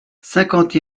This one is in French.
cinquante